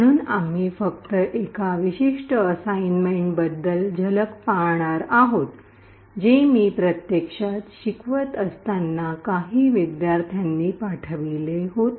म्हणून आम्ही फक्त एका विशिष्ट असाइनमेंटबद्दल झलक पाहणार आहोत जे मी प्रत्यक्षात शिकवत असताना काही विद्यार्थ्यांनी पाठवले होते